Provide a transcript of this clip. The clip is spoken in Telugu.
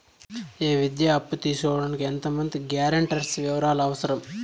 ఈ విద్యా అప్పు తీసుకోడానికి ఎంత మంది గ్యారంటర్స్ వివరాలు అవసరం?